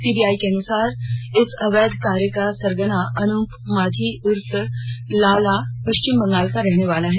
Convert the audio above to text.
CBI के अनुसार इस अवैध कार्य का सरगना अनुप माझी उर्फ लाला पश्चिम बंगाल का रहने वाला है